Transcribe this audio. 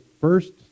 first